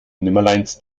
nimmerleins